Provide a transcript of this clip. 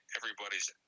everybody's